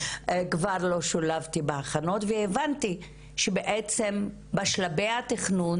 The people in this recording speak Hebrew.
כבר לא שולבתי בהכנות והבנתי שבשלבי התכנון